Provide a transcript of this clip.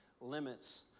limits